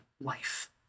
life